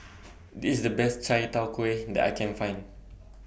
This IS The Best Chai Tow Kway that I Can Find